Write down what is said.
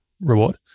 reward